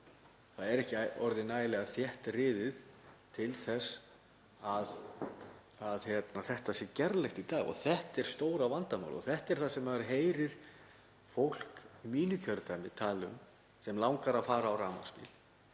Það er ekki orðið nægilega þéttriðið til þess að þetta sé gerlegt í dag. Þetta er stóra vandamálið og þetta er það sem maður heyrir fólk í mínu kjördæmi, sem langar að fara á rafmagnsbíl,